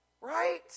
Right